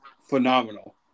phenomenal